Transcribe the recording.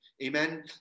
Amen